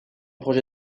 projet